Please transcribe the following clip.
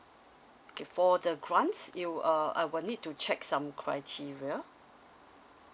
okay for the grant you err I will need to check some criteria